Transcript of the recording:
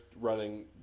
running